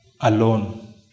alone